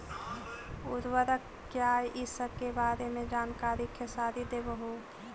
उर्वरक क्या इ सके बारे मे जानकारी खेसारी देबहू?